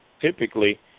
typically